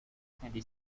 twenty